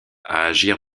agir